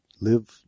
live